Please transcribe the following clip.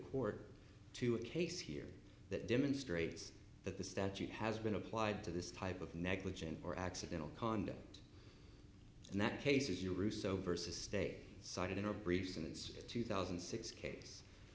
court to a case here that demonstrates that the statute has been applied to this type of negligent or accidental conduct and that cases you russo versus stay cited in our brief since two thousand and six case